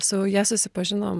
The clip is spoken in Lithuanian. su ja susipažinom